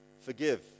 forgive